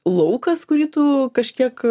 laukas kurį tu kažkiek